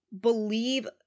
believe